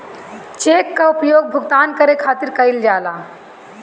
check कअ उपयोग भुगतान करे खातिर कईल जाला